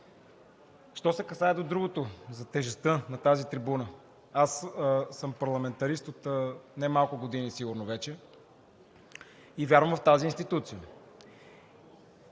Що се касае до другото – за тежестта на тази трибуна. Аз съм парламентарист от не малко години сигурно вече и вярвам в тази институция.